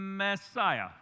Messiah